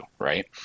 right